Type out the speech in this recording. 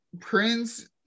Prince